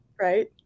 Right